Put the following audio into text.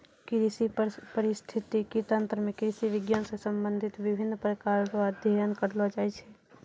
कृषि परिस्थितिकी तंत्र मे कृषि विज्ञान से संबंधित विभिन्न प्रकार रो अध्ययन करलो जाय छै